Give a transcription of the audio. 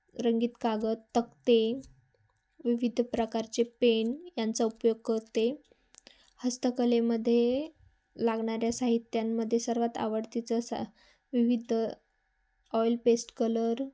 रंगीत कागद तक्ते विविध प्रकारचे पेन यांचा उपयोग करते हस्तकलेमध्ये लागणाऱ्या साहित्यांमध्ये सर्वात आवडतीचं सा विविध ऑइल पेस्ट कलर